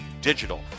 digital